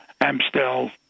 Amstel